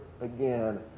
again